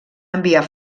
enviar